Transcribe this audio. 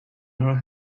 her